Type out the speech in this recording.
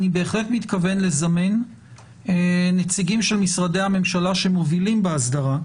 אני בהחלט מתכוון לזמן נציגים של משרדי הממשלה שמובילים באסדרה.